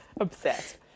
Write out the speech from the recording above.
Obsessed